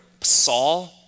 Saul